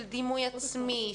של דימוי עצמי,